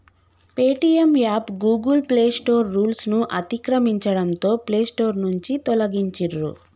Paytm app Google Play Store రూల్స్ను అతిక్రమించడంతో Play Store నుంచి తొలగించిర్రు